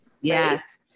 Yes